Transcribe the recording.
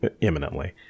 imminently